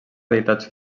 deïtats